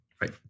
Right